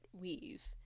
weave